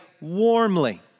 warmly